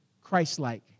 Christ-like